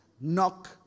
knock